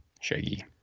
shaggy